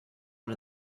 one